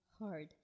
hard